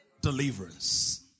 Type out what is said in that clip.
deliverance